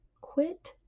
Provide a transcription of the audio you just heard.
Quit